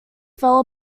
fell